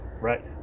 Right